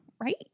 Right